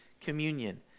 communion